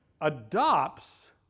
adopts